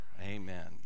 Amen